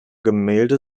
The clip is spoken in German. gemälde